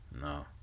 No